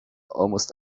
almost